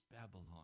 Babylon